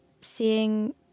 Seeing